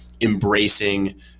embracing